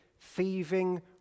thieving